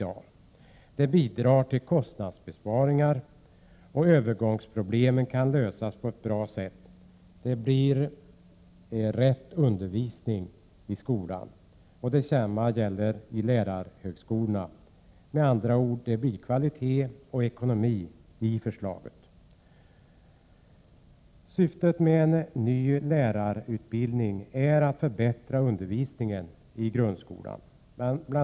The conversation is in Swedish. e Det bidrar till kostnadsbesparingar. Övergångsproblemen kan lösas på ett bra sätt. e Det blir rätt undervisning i skolan. Detsamma gäller i lärarhögskolorna. Med andra ord: Det blir kvalitet och ekonomi i förslaget. Syftet med en ny lärarutbildning är att förbättra undervisningen i grundskolan. Bl.